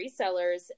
resellers